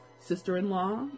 sister-in-law